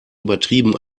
übertrieben